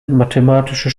mathematische